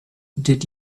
did